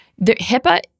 HIPAA